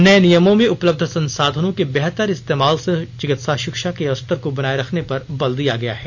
नए नियमों में उपलब्ध संसाधनों के बेहतर इस्तेमाल से चिकित्सा शिक्षा के स्तर को बनाए रखने पर बल दिया गया है